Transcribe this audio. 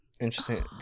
interesting